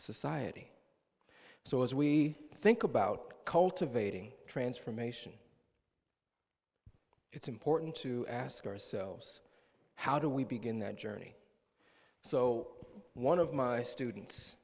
society so as we think about cultivating transformation it's important to ask ourselves how do we begin that journey so one of my